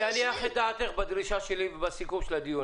אני אניח את דעתך בדרישה שלי בסיכום הדיון.